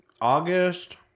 August